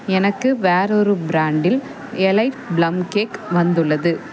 எனக்கு வேறொரு ப்ராண்டில் எலைட் ப்ளம் கேக் வந்துள்ளது